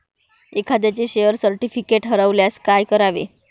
एखाद्याचे share certificate हरवल्यास काय करावे?